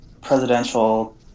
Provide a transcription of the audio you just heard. presidential